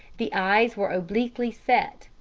the eyes were obliquely set,